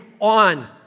on